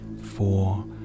four